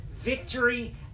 Victory